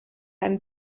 einen